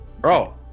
Bro